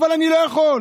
אבל אני לא יכול,